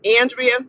Andrea